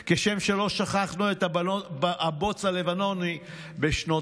כשם שלא שכחנו את הבוץ הלבנוני בשנות התשעים.